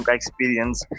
experience